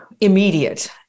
immediate